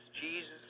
Jesus